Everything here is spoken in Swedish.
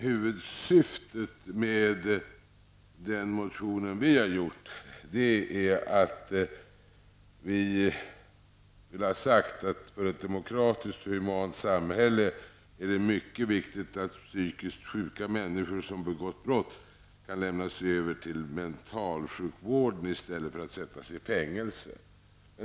Huvudsyftet med vår motion är att få klargjort att det för ett demokratiskt och humant samhälle är mycket viktigt att psykiskt sjuka människor som har begått brott kan lämnas över till mentalsjukvården i stället för att bli satta i fängelse.